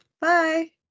bye